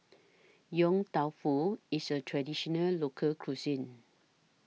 Yong Tau Foo IS A Traditional Local Cuisine